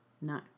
No